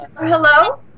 Hello